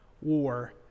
war